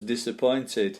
disappointed